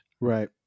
right